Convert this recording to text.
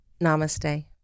namaste